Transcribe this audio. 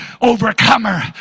Overcomer